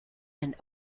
and